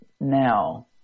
now